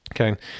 Okay